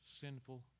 sinful